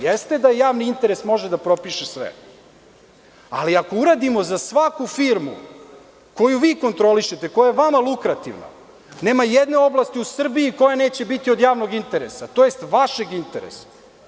Jeste da javni interes može da propiše sve, ali ako uradimo za svaku firmu koju vi kontrolišete, koja je vama lukrativna, nema jedne oblasti u Srbiji koja neće biti od javnog interesa, tj. vašeg interesa.